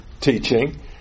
teaching